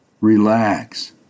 Relax